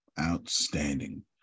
Outstanding